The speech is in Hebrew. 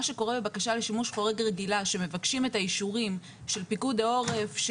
מה שקורה בבקשה לשימוש חורג רגילה שמבקשים את האישורים של פיקוד העורף,